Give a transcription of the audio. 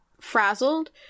frazzled